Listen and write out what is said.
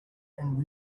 and